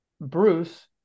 Bruce